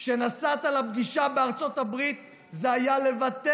כשנסעת לפגישה בארצות הברית זה היה לוותר